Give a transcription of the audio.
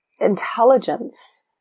intelligence –